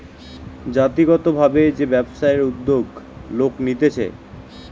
জাতিগত ভাবে যে ব্যবসায়ের উদ্যোগ লোক নিতেছে